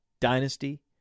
dynasty